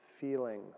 feeling